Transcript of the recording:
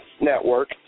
Network